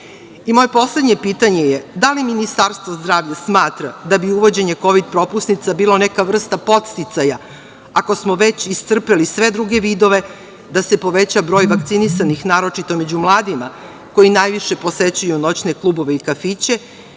ljudi. Moje poslednje pitanje je da li Ministarstvo zdravlja smatra da bi uvođenje kovid propusnica bilo neka vrsta podsticaja ako smo već iscrpeli sve druge vidove da se poveća broj vakcinisanih, naročito među mladima koji najviše posećuju noćne klubove i kafiće